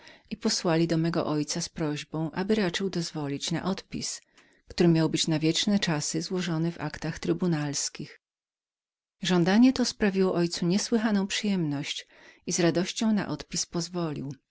i posłali do mego ojca z prośbą aby raczył dozwolić uczynić odpis który miał być na wieczne czasy złożonym w aktach trybunalskich żądanie to sprawiło memu ojcu niesłychaną przyjemność i z radością na nie zezwolił